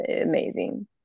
amazing